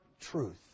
truth